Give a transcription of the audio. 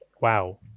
wow